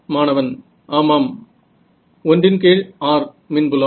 மாணவன் ஆமாம் 1r மின்புலம்